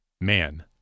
Man